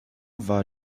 war